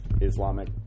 Islamic